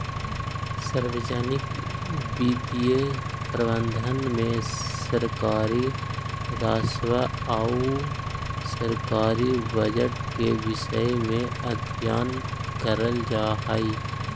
सार्वजनिक वित्तीय प्रबंधन में सरकारी राजस्व आउ सरकारी बजट के विषय में अध्ययन कैल जा हइ